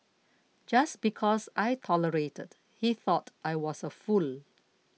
just because I tolerated he thought I was a fool